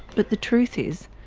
but the truth is.